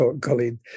Colleen